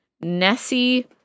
Nessie